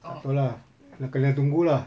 tak apa lah nak kena tunggu lah